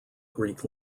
greek